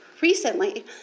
Recently